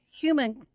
human